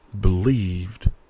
believed